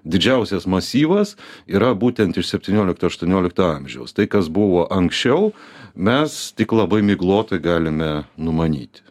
didžiausias masyvas yra būtent iš septyniolikto aštuoniolikto amžiaus tai kas buvo anksčiau mes tik labai miglotai galime numanyti